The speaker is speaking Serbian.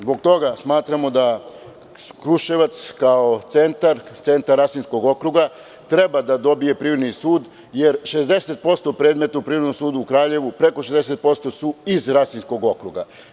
Zbog toga smatramo da Kruševac kao centar, centar Rasinskog okruga, treba da dobije privredni sud, jer 60% predmeta u Privrednom sudu u Kraljevu, preko 60% su iz Rasinskog okruga.